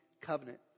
covenant